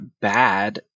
bad